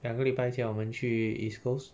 两个礼拜前我们去 east coast